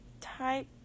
type